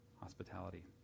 hospitality